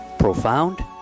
Profound